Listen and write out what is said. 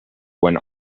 went